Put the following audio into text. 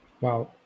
Wow